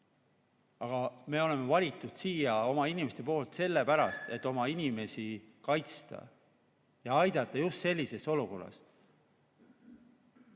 Aga me oleme valitud siia oma inimeste poolt, sellepärast et oma inimesi kaitsta ja aidata just sellises olukorras.